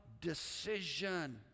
decision